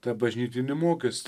tą bažnytinį mokestį